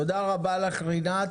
תודה רבה לך, רינת.